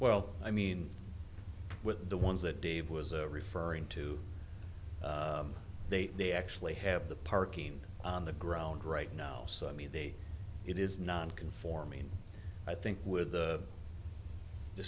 well i mean with the ones that dave was referring to they they actually have the parking on the ground right now so i mean they it is nonconforming i think with